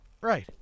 Right